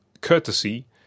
courtesy